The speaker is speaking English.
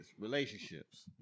relationships